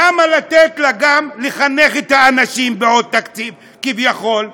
למה לתת לה גם לחנך את האנשים בעוד תקציב, כביכול?